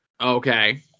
Okay